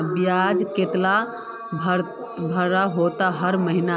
बियाज केते भरे होते हर महीना?